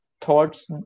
thoughts